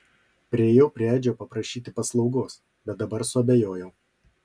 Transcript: priėjau prie edžio paprašyti paslaugos bet dabar suabejojau